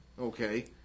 Okay